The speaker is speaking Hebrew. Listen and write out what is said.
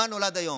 מה נולד היום.